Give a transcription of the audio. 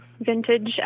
vintage